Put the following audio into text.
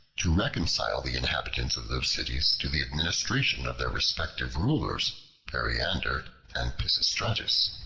to reconcile the inhabitants of those cities to the administration of their respective rulers periander and pisistratus.